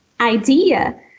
idea